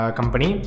company